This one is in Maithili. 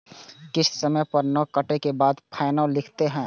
किस्त समय पर नय कटै के बाद फाइनो लिखते?